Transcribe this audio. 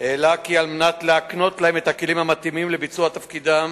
העלה כי על מנת להקנות להם את הכלים המתאימים לביצוע תפקידם